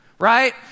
right